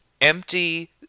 empty